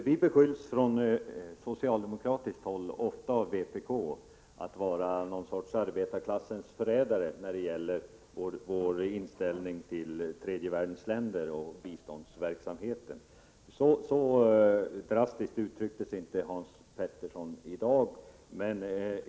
Herr talman! Vi socialdemokrater beskylls ofta från vpk-håll för att vara någon sorts arbetarklassens förrädare när det gäller vår inställning till tredje världens länder och biståndsverksamheten. Hans Petersson i Hallstahammar uttryckte sig dock inte så drastiskt i dag.